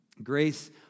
Grace